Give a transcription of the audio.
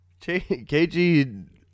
KG